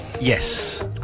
Yes